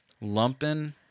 Lumping